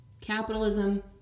Capitalism